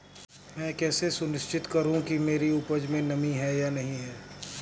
मैं कैसे सुनिश्चित करूँ कि मेरी उपज में नमी है या नहीं है?